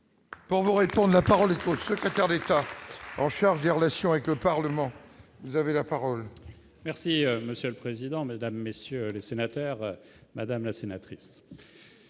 Pour vous répondent : la parole au secrétaire d'État en charge des relations avec le Parlement, vous avez la parole. Merci monsieur le président, Mesdames, messieurs les sénateurs, Madame la sénatrice,